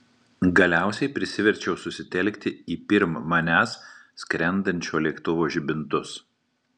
galiausiai prisiverčiau susitelkti į pirm manęs skrendančio lėktuvo žibintus